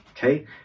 Okay